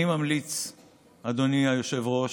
אני ממליץ לאופוזיציה, אדוני היושב-ראש,